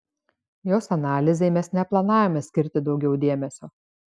jos analizei mes neplanavome skirti daugiau dėmesio